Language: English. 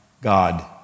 God